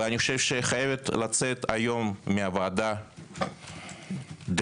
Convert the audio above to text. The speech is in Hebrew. אני חושבת שחייבת לצאת היום מהוועדה דרישה,